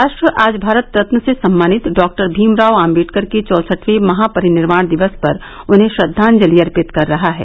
राष्ट्र आज भारत रत्न से सम्मानित डॉक्टर भीमराव आम्बेडकर के चौसठवें महापरिनिर्वाण दिवस पर उन्हें श्रद्वांजलि अर्पित कर रहा है